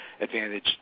advantage